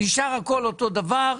נשאר הכול אותו דבר,